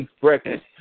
breakfast